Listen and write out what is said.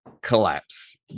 collapse